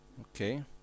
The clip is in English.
okay